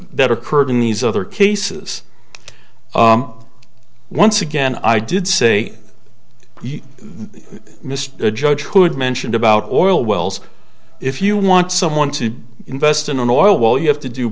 that occurred in these other cases once again i did say the mr judge who had mentioned about oil wells if you want someone to invest in an oil well you have to do